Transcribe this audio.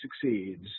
succeeds